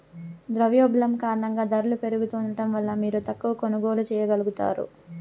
ద్రవ్యోల్బణం కారణంగా దరలు పెరుగుతా ఉండడం వల్ల మీరు తక్కవ కొనుగోల్లు చేయగలుగుతారు